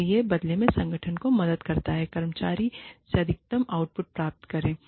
और यह बदले में संगठन को मदद करता है कर्मचारियों से अधिकतम आउटपुट प्राप्त करें